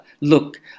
Look